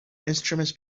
instruments